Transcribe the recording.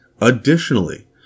Additionally